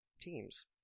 teams